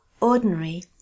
Ordinary